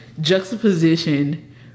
juxtaposition